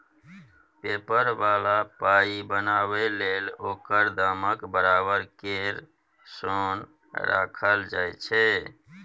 paper बला पाइ बनाबै लेल ओकर दामक बराबर केर सोन राखल जाइ छै